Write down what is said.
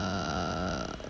err